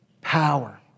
power